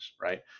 right